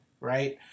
right